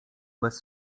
bez